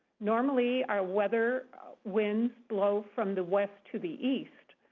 normally our weather winds blow from the west to the east.